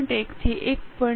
1 થી 1